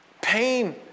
pain